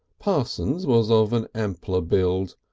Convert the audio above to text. parsons was of an ampler build,